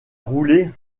roulé